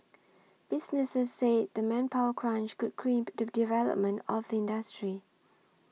businesses said the manpower crunch could crimp the development of the industry